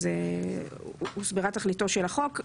אז הוסברה תכליתו של החוק.